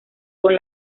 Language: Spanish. con